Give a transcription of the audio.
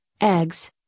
eggs